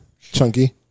Chunky